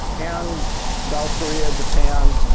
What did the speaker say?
and south korea, japan,